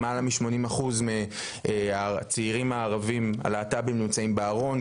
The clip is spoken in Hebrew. למעלה מ-80% מהצעירים הערבים הלהט״בים נמצאים בארון,